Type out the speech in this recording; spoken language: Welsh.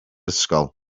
ysgol